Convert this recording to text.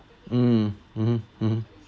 mm mmhmm mmhmm